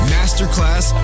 Masterclass